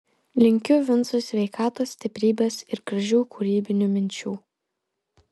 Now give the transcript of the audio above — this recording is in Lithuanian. linkiu vincui sveikatos stiprybės ir gražių kūrybinių minčių